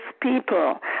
people